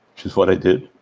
which is what i did,